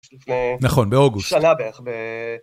נכון באוגוסט.שנה בערך ב...